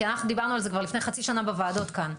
כי אנחנו דיברנו על זה כבר לפני חצי שנה בוועדות כאן.